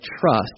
trust